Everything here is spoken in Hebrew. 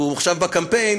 והוא עכשיו בקמפיין.